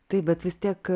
taip bet vis tiek